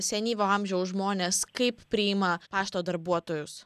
senyvo amžiaus žmonės kaip priima pašto darbuotojus